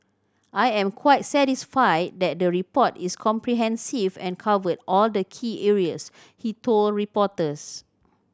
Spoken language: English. I am quite satisfied that the report is comprehensive and covered all the key areas he told reporters